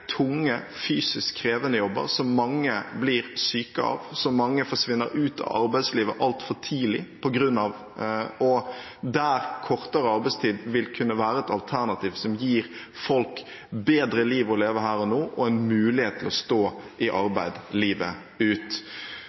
tunge, fysisk krevende jobber som mange blir syke av, som mange forsvinner ut av arbeidslivet altfor tidlig på grunn av, og der kortere arbeidstid vil kunne være et alternativ som gir folk bedre liv å leve her og nå og en mulighet til å stå i arbeid livet ut.